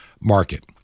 market